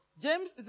James